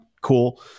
cool